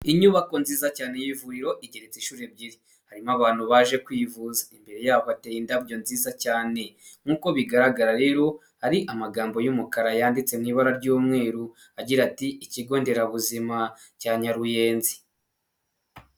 Inyubako nziza cyane y'ivuriro igereretse inshuro ebyiri harimo abantu baje kwivuza, imbere yabo bateye indabyo nziza cyane nk'uko bigaragara rero hari amagambo y'umukara yanditse mu ibara ry'umweru agira ati ikigonderabuzima cya Nyaruyenzi.